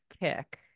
kick